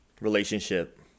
relationship